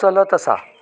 चलत आसा